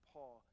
Paul